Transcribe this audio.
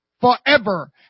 forever